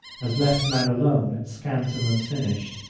has left man alone scant and unfinished,